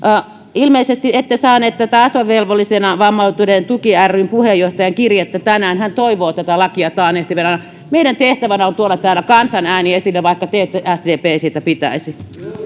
ilmeisesti ette saaneet tätä asevelvollisena vammautuneiden tuki ryn puheenjohtajan kirjettä tänään hän toivoo tätä lakia taannehtivana meidän tehtävänämme on tuoda täällä kansan ääni esille vaikka te sdp ette siitä pitäisi